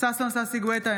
ששון ששי גואטה,